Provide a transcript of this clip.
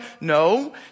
No